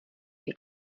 die